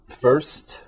first